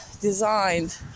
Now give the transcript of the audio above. designed